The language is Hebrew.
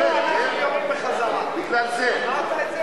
תודה רבה,